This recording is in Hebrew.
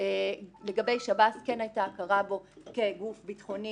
לגבי שב"ס הייתה הכרה בו כגוף ביטחוני,